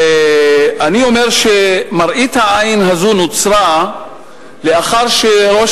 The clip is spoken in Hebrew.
ואני אומר שמראית העין הזאת נוצרה לאחר שראש